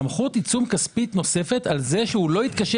סמכות עיצום כספית נוספת על זה שהוא לא התקשר